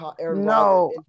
no